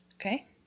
Okay